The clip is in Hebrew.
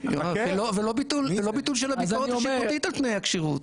כלומר זה לא ביטול של הביקורת השיפוטית על תנאי הכשירות,